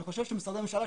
אני חושב שמשרדי הממשלה,